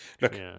Look